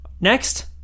Next